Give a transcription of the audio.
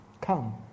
come